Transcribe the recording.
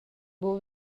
buca